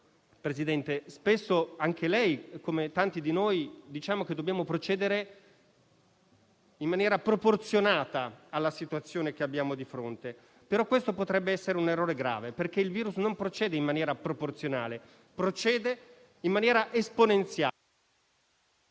Presidente, spesso anche lei, come tanti di noi, dice che dobbiamo procedere in maniera proporzionata alla situazione che abbiamo di fronte, però questo potrebbe essere un errore grave perché il virus non procede in maniera proporzionale, ma esponenziale;